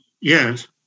Yes